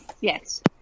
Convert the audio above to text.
Yes